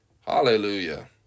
Hallelujah